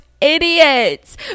idiots